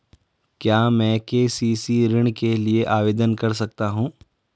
क्या मैं के.सी.सी ऋण के लिए आवेदन कर सकता हूँ?